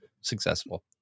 successful